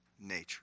nature